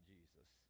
Jesus